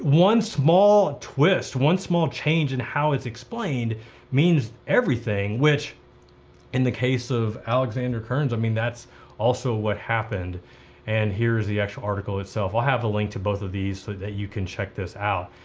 one small twist, one small change in how it's explained means everything, which in the case of alexander kearns, i mean, that's also what happened and here's the actual article itself. i'll have the link to both of these so that you can check this out.